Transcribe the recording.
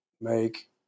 make